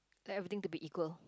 like everything to be equal